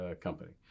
company